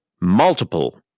multiple